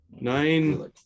Nine